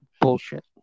Bullshit